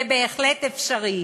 זה בהחלט אפשרי.